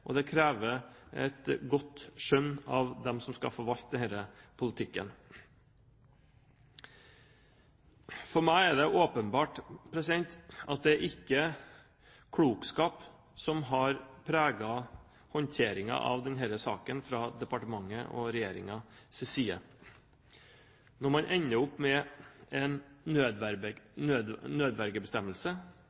lytte, det krever smidighet, og det krever et godt skjønn av dem som skal forvalte denne politikken. For meg er det åpenbart at det ikke er klokskap som har preget håndteringen av denne saken fra departementet og regjeringens side, når man ender opp med en